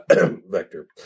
vector